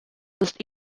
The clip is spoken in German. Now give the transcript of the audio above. ist